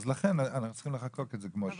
לכן צריך לחקוק את זה כמו שהוא.